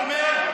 מכל רשימה,